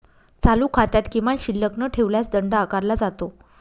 चालू खात्यात किमान शिल्लक न ठेवल्यास दंड आकारला जातो